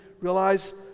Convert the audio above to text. realize